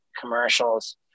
commercials